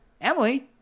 Emily